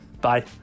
bye